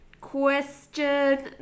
Question